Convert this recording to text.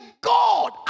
God